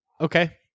Okay